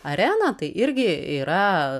areną tai irgi yra